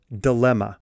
Dilemma